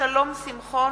שלום שמחון,